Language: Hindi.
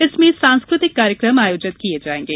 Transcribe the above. इसमें सांस्कृतिक कार्यक्रम आयोजित किये जायेंगे